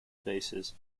bases